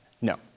No